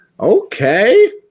Okay